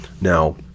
Now